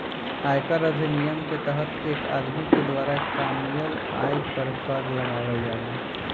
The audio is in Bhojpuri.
आयकर अधिनियम के तहत एक आदमी के द्वारा कामयिल आय पर कर लगावल जाला